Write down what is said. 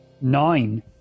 Nine